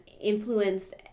influenced